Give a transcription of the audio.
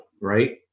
right